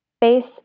base